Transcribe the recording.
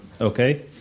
okay